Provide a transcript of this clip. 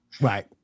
right